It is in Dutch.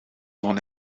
non